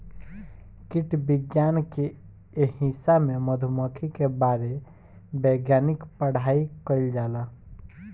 कीट विज्ञान के ए हिस्सा में मधुमक्खी के बारे वैज्ञानिक पढ़ाई कईल जाला